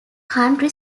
country